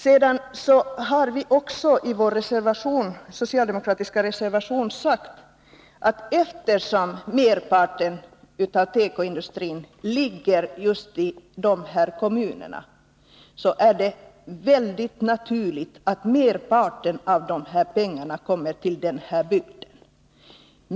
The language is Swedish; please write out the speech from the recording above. I den socialdemokratiska reservationen har vi också sagt att eftersom merparten av tekoindustrin ligger just i de här kommunerna, är det mycket naturligt att den största delen av pengarna kommer denna bygd till del.